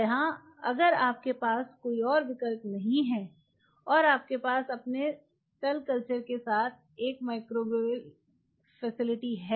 या अगर आपके पास कोई और विकल्प नहीं है और आपके पास अपने सेल कल्चर के साथ एक माइक्रोबियल फैसिलिटी है